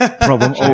problem